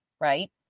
right